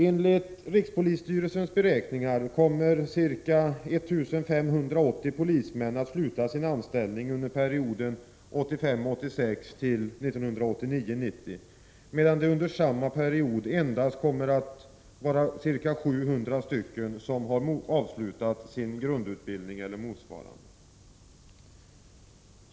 Enligt rikspolisstyrelsens beräkningar kommer ca 1 580 polismän att sluta sin anställning under perioden 1985 90, medan under samma period endast ca 700 kommer att ha avslutat sin grundutbildning eller motsvarande.